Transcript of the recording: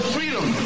freedom